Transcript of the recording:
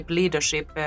leadership